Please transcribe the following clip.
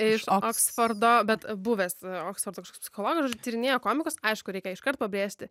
iš oksfordo bet buvęs oksfordo psichologas tyrinėja komikus aišku reikia iškart pabrėžti